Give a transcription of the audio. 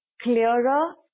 clearer